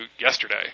yesterday